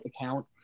account